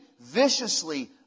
viciously